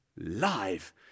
live